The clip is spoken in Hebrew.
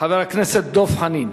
חבר הכנסת דב חנין.